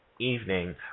evening